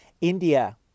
India